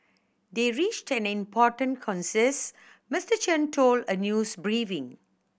they reached an important consensus Mister Chen told a news briefing